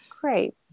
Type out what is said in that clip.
Great